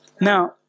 Now